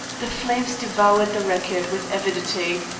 the flames devoured the record with avidity,